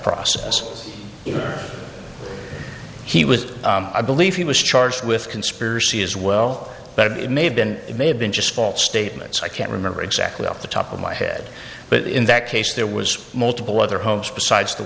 process if he was i believe he was charged with conspiracy as well but it may have been it may have been just false statements i can't remember exactly off the top of my head but in that case there was multiple other homes besides the